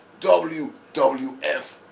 WWF